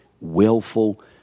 willful